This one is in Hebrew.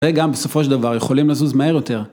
וגם בסופו של דבר יכולים לזוז מהר יותר.